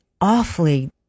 awfully